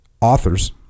authors